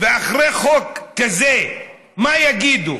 ואחרי חוק כזה, מה יגידו?